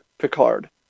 Picard